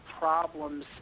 problems